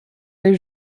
les